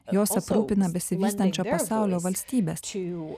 jos aprūpina besivystančio pasaulio valstybes